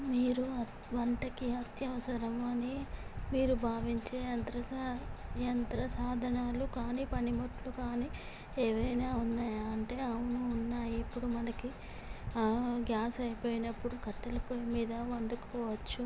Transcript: మీరు అ వంటకి అత్యవసరమని మీరు భావించే యంత్ర సా యంత్ర సాధనాలు కానీ పనిముట్లు కానీ ఏవైనా ఉన్నాయా అంటే అవును ఉన్నాయి ఇప్పుడు మనకి గ్యాస్ అయిపోయినప్పుడు కట్టెల పొయ్యి మీద వండుకోవచ్చు